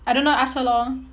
I don't know ask her lor